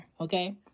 okay